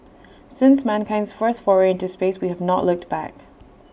since mankind's first foray into space we have not looked back